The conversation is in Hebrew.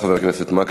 תודה, חבר הכנסת מקלב.